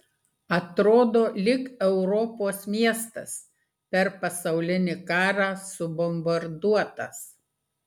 atrodo lyg europos miestas per pasaulinį karą subombarduotas